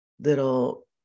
little